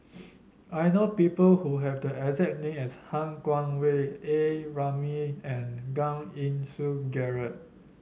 I know people who have the exact name as Han Guangwei A Ramli and Giam Yean Song Gerald